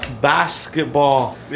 basketball